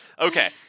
Okay